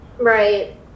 Right